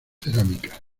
cerámicas